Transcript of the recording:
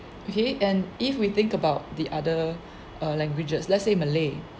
okay and if we think about the other err languages let's say malay